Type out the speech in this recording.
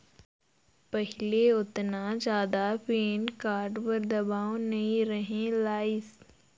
पहिले ओतना जादा पेन कारड बर दबाओ नइ रहें लाइस